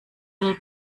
will